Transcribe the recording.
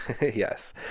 Yes